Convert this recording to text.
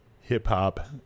hip-hop